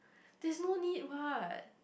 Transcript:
there's no need what